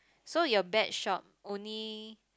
so your bet shop only